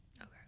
Okay